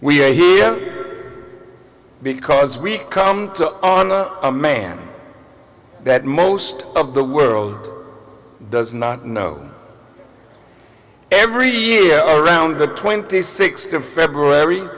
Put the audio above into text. are here because we come to a man that most of the world does not know every year around the twenty sixth of february